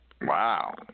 Wow